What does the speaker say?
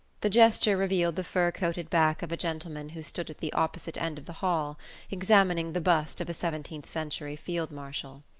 the gesture revealed the fur-coated back of a gentleman who stood at the opposite end of the hall examining the bust of a seventeenth century field-marshal.